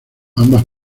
ambas